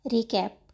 Recap